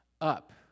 up